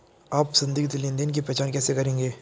आप संदिग्ध लेनदेन की पहचान कैसे करेंगे?